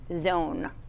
zone